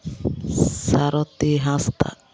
ᱥᱟᱨᱚᱛᱤ ᱦᱟᱸᱥᱫᱟ